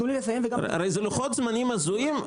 הרי זה לוחות זמנים הזויים,